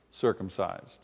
circumcised